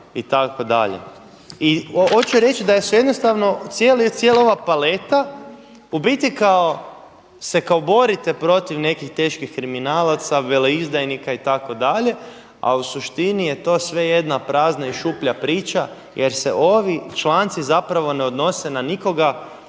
i tako dalje. Hoću reći da jednostavno cijela ova paleta u biti se kao borite nekih teških kriminalaca, veleizdajnika itd., a suštini je to sve jedna prazna i šuplja priča jer se ovi članci zapravo ne odnose na nikoga